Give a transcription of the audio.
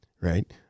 Right